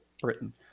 Britain